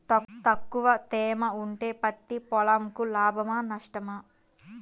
తక్కువ తేమ ఉంటే పత్తి పొలంకు లాభమా? నష్టమా?